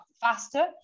faster